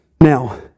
Now